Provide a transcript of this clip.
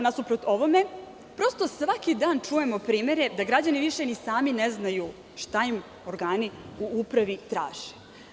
Nasuprot ovome svaki dan čujemo primere da građani više ni sami ne znaju šta im organi u upravi traže.